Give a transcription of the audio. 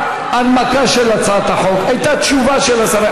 שהייתה הנמקה של הצעת החוק, הייתה תשובה של השר.